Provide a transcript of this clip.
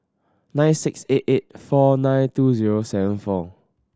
nine six eight eight four nine two zero seven four